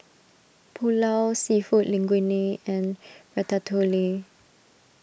Pulao Seafood Linguine and Ratatouille